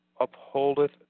upholdeth